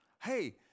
hey